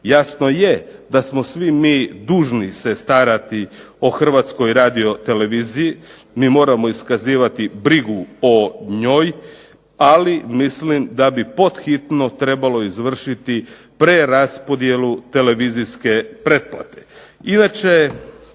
Jasno je da smo svi mi dužni se starati o HRT-u, mi moramo iskazivati brigu o njoj, ali mislim da bi pod hitno trebalo izvršiti preraspodjelu televizijske pretplate. Inače,